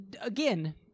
again